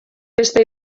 beste